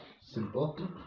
simple